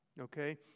Okay